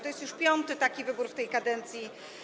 To jest już piąty taki wybór w tej kadencji.